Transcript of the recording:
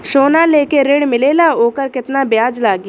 सोना लेके ऋण मिलेला वोकर केतना ब्याज लागी?